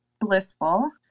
blissful